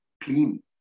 clean